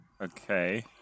Okay